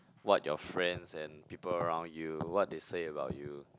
what your friends and people around you what they say about you